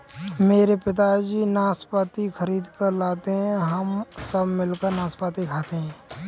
मेरे पिताजी नाशपाती खरीद कर लाते हैं हम सब मिलकर नाशपाती खाते हैं